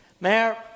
Mayor